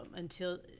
until,